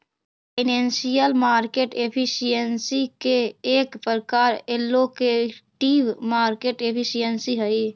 financial market efficiency के एक प्रकार एलोकेटिव मार्केट एफिशिएंसी हई